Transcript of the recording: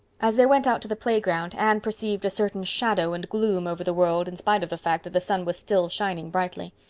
as they went out to the playground anne perceived a certain shadow and gloom over the world in spite of the fact that the sun was still shining brightly.